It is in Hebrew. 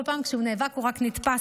כל פעם שהוא נאבק הוא רק נתפס